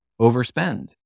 overspend